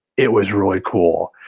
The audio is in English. it was really cool.